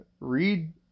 read